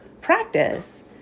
practice